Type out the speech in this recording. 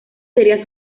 sería